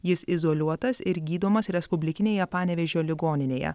jis izoliuotas ir gydomas respublikinėje panevėžio ligoninėje